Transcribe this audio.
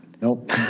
Nope